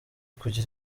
kugira